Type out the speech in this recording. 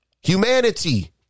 humanity